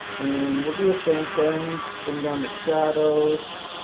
and we'll do the same thing, bring down the shadows,